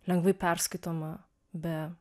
lengvai perskaitoma be